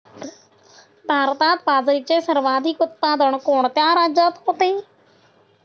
भारतात बाजरीचे सर्वाधिक उत्पादन कोणत्या राज्यात होते?